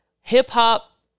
hip-hop